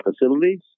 facilities